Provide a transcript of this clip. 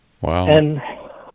Wow